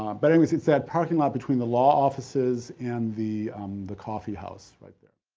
um but it was, it's that parking lot between the law offices and the the coffee house right there.